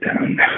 down